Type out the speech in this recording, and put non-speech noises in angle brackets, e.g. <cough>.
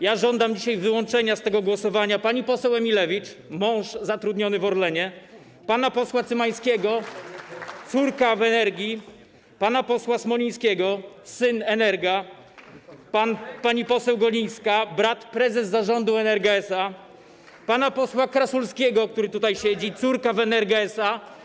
Ja żądam dzisiaj wyłączenia z tego głosowania pani poseł Emilewicz - mąż zatrudniony w Orlenie, <applause> pana posła Cymańskiego - córka w Enerdze, pana posła Smolińskiego - syn w Enerdze, pani poseł Golińskiej - brat prezes Zarządu Energi SA, <applause> pana posła Krasulskiego, który tutaj siedzi - córka w Enerdze SA.